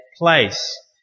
Place